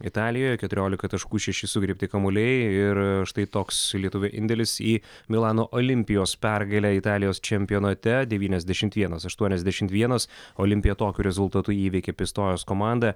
italijoje keturiolika taškų šešis sugriebti kamuoliai ir štai toks lietuvio indėlis į milano olimpijos pergalę italijos čempionate devyniasdešimt vienas aštuoniasdešimt vienas olimpija tokiu rezultatu įveikė pistojos komandą